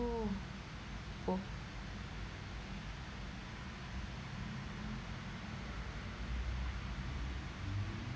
oh oh